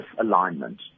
alignment